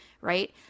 right